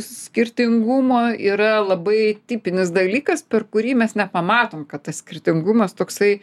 skirtingumo yra labai tipinis dalykas per kurį mes nepamatom kad tas skirtingumas toksai